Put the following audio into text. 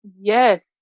yes